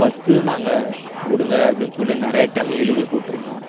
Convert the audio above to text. பஸ்ஸும் நாங்கள் விடுங்க அப்படின்னு சொல்லி நிறைய டைம் எழுதி போட்டுருந்தோம்